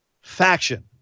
faction